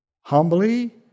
humbly